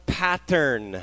pattern